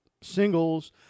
singles